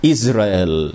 Israel